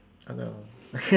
oh no